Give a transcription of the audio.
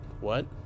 What